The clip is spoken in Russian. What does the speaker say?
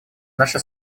наша